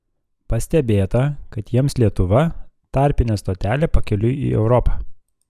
pastebėta kad jiems lietuva tarpinė stotelė pakeliui į europą